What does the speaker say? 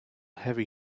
heavy